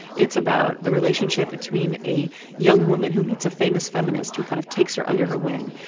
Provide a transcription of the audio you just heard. it's about the relationship between a young woman who meets a famous feminist who kind of takes her under her wing,